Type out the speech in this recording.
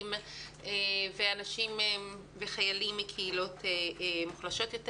לעולים ולחיילים מקהילות מוחלשות יותר